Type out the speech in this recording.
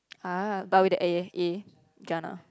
ah but with the A eh Jana